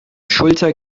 schulter